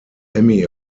emmy